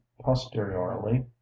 posteriorly